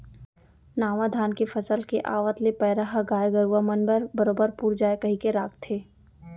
नावा धान के फसल के आवत ले पैरा ह गाय गरूवा मन बर बरोबर पुर जाय कइके राखथें